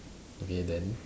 okay then